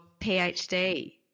PhD